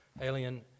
Alien